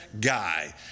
guy